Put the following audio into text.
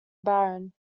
baron